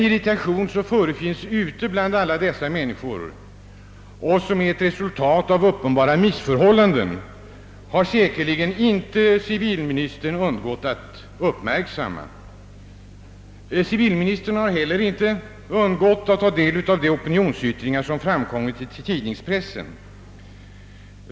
Irritationen bland alla dessa människor är ett resultat av uppenbara missförhållanden, och civilministern har säkerligen inte kunnat undgå att uppmärksamma denna irritation. Inte heller har de opinionsyttringar som förekommit i pressen kunnat undgå civilministern.